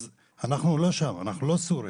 אנחנו לא שם, אנחנו לא סוריה.